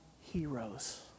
heroes